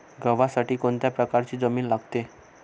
गव्हासाठी कोणत्या प्रकारची जमीन लागते?